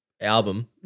album